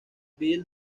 bill